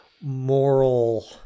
moral